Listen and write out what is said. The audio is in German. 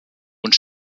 und